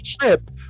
trip